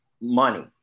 money